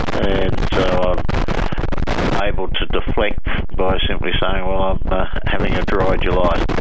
and so i'm able to deflect by simply saying i'm ah having a dry july.